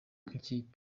nk’ikipe